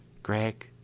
gregg,